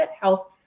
health